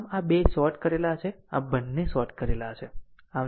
આમ આ બે શોર્ટ કરેલા છે આ બંને શોર્ટ કરેલા છે